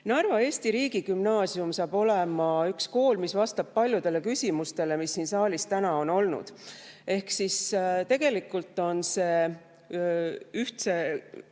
Narva Eesti Riigigümnaasium saab olema üks kool, mis vastab paljudele küsimustele, mis siin saalis täna on olnud. Tegelikult on see ühtse